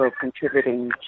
contributing